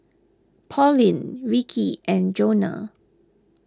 Pauline Ricky and Jonah